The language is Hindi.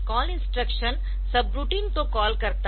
कॉल इंस्ट्रक्शन सबरूटीन को कॉल करता है